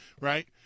right